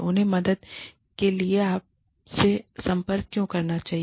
उन्हें मदद के लिए आपसे संपर्क क्यों करना चाहिए